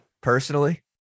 personally